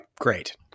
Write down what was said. Great